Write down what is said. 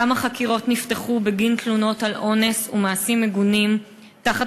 כמה חקירות נפתחו בגין תלונות על אונס ומעשים מגונים תחת